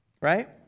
right